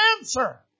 answer